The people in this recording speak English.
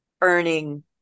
earning